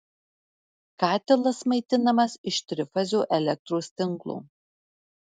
katilas maitinamas iš trifazio elektros tinklo